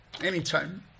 Anytime